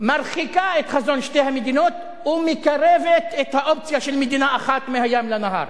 מרחיקה את חזון שתי המדינות ומקרבת את האופציה של מדינה אחת מהים לנהר.